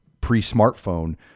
pre-smartphone